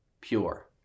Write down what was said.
pure